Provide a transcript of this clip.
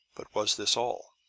but was this all?